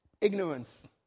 Ignorance